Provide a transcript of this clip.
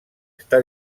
està